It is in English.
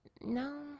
No